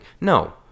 no